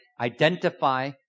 identify